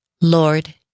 Lord